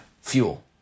fuel